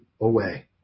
away